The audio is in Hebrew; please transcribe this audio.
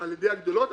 על ידי הגדולות,